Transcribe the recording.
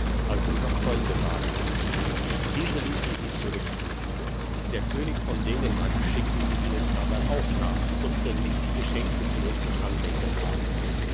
als sie noch freunde waren diese liessen sie zurück der könig von dänemark schickte sie ihnen aber auch nach und will nichts geschenktes mehr zum andenken haben